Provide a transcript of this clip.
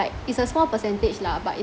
like it's a small percentage lah but it